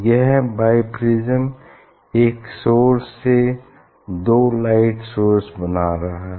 यह biprism एक source से दो लाइट सोर्स बना रहा है